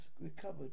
recovered